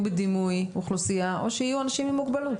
בדימוי אוכלוסייה או שיהיו אנשים עם מוגבלות.